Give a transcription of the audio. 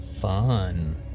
Fun